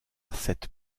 cette